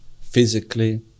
physically